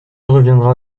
reviendra